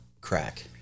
crack